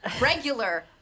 Regular